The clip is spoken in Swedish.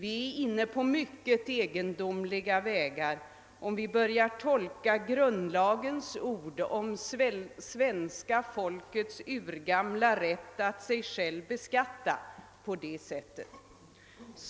Vi är inne på mycket egendomliga vägar om vi börjar tolka grundlagens ord om svenska folkets urgamla rätt att sig beskatta på det sättet.